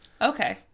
Okay